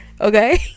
okay